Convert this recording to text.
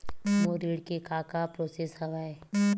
मोर ऋण के का का प्रोसेस हवय?